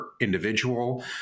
individual